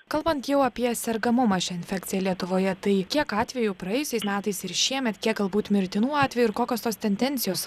kalbant jau apie sergamumą šia infekcija lietuvoje tai kiek atvejų praėjusiais metais ir šiemet kiek galbūt mirtinų atvejų ir kokios tos tendencijos